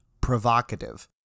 provocative